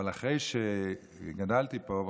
אבל אחרי שגדלתי פה,